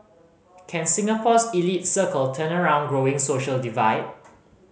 can Singapore's elite circle turn around growing social divide